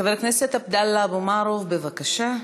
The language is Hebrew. חבר הכנסת עבדאללה אבו מערוף, בבקשה.